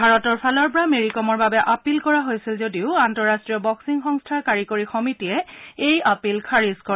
ভাৰতৰ ফালৰ পৰা মেৰিকমৰ বাবে আপিল কৰা হৈছিল যদিও আন্তঃৰাষ্ট্ৰীয় বক্সিং সংস্থাৰ কাৰিকৰী সমিতিয়ে এই আপিল খাৰিজ কৰে